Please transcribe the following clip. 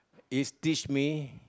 is teach me